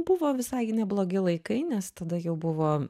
buvo visai neblogi laikai nes tada jau buvo